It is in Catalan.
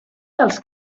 dels